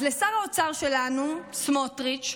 אז לשר האוצר שלנו, סמוטריץ',